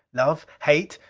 love? hate?